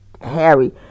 Harry